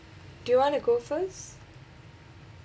do you want to go first